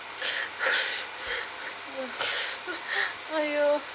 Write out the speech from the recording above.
!aiyo!